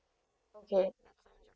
okay